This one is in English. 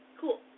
Cool